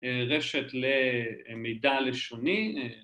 ‫רשת למידע לשוני.